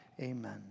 amen